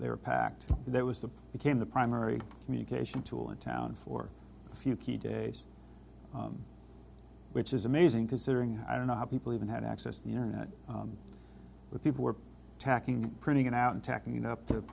they were packed that was the became the primary communication tool in town for a few key days which is amazing considering i don't know how people even had access the internet but people were attacking printing it out and tacking up t